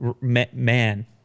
man